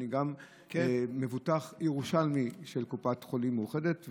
גם אני מבוטח ירושלמי של קופת חולים מאוחדת.